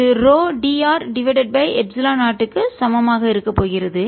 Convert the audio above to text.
இது ρ d r divided by epsilon 0 க்கு சமமாக இருக்கப் போகிறது